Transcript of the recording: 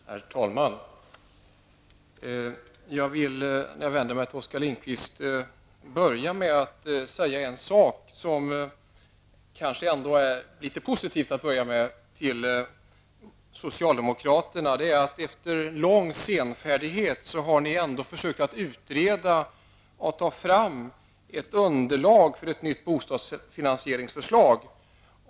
Herr talman! Jag vill, när jag vänder mig till Oskar Lindkvist, börja med att säga en sak som kanske ändå till att börja med är litet positiv för socialdemokraterna. Efter lång senfärdighet har socialdemokraterna ändå försökt att utreda och ta fram ett underlag för ett nytt bostadsfinansieringsförslag.